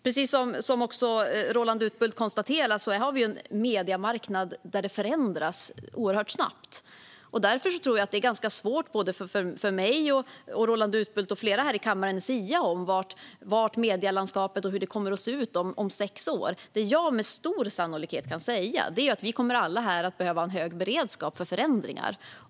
Precis som Roland Utbult konstaterar förändras mediemarknaden oerhört snabbt. Därför tror jag att det är svårt för mig, Roland Utbult och flera andra i kammaren att sia om hur medielandskapet kommer att se ut om sex år. Det jag med stor sannolikhet kan säga är att vi alla kommer att behöva ha en hög beredskap för förändringar.